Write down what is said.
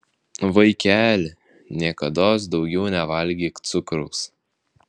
vaikeli niekados daugiau nevalgyk cukraus